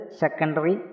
secondary